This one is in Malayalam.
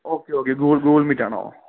okay okay Google മീറ്റാണോ